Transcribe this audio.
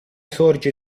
sorge